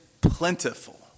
plentiful